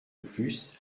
plus